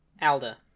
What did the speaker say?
Alda